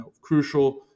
crucial